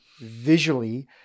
visually